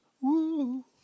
Woo